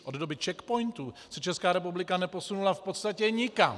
Od doby CzechPOINTů se Česká republika neposunula v podstatě nikam.